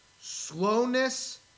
slowness